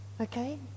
Okay